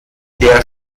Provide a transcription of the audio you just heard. der